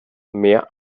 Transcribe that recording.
mehr